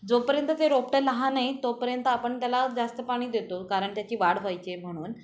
जोपर्यंत ते रोपटे लहान तोपर्यंत आपण त्याला जास्त पाणी देतो कारण त्याची वाढ व्हायचे म्हणून